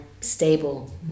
stable